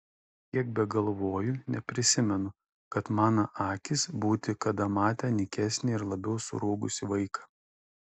kiek begalvoju neprisimenu kad mana akys būti kada matę nykesnį ir labiau surūgusį vaiką